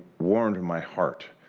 warmed my heart